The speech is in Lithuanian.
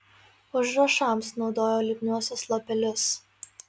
užrašams naudojo lipniuosius lapelius